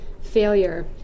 failure